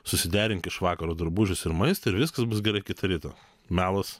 susiderink iš vakaro drabužius ir maistą ir viskas bus gerai kitą rytą melas